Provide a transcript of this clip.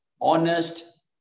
honest